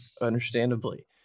Understandably